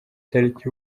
itariki